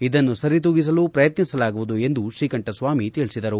ಇದನ್ನು ಸರಿದೂಗಿಸಲು ಪ್ರಯತ್ನಿಸಲಾಗುವುದು ಎಂದು ಶ್ರೀಕಂಠಸ್ವಾಮಿ ತಿಳಿಸಿದರು